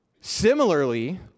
Similarly